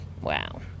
Wow